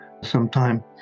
sometime